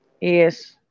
Yes